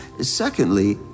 Secondly